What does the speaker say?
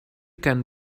can